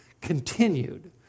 continued